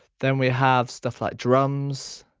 then we have stuff like drums,